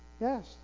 Yes